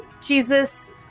Jesus